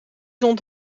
zond